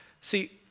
See